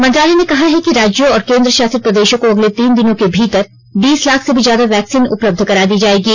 मंत्रालय ने कहा है कि राज्यों और केन्द्रशासित प्रदेशों को अगले तीन दिनों के भीतर बीस लाख से भी ज्यादा वैक्सीन उपलब्ध करा दी जाएंगी